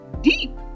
deep